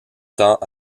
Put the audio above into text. temps